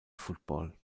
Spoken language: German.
football